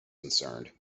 concerned